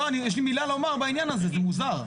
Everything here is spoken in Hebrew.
בסעיף (ה) שבעמוד 30 מוסיפים שצריך לאשרר